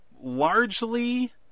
Largely